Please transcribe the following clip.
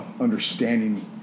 understanding